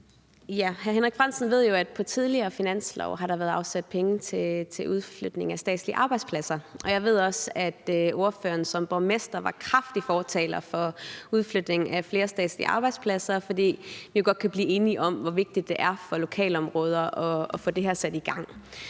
Hr. Henrik Frandsen ved jo, at der på tidligere finanslove har været afsat penge til udflytning af statslige arbejdspladser, og jeg ved også, at ordføreren som borgmester var kraftig fortaler for udflytning af flere statslige arbejdspladser, fordi vi jo godt kan blive enige om, hvor vigtigt det er for lokalområder at få det her sat i gang.